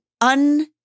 un-